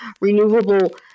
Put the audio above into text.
renewable